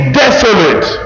desolate